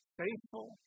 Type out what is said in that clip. faithful